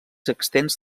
extens